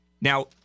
Now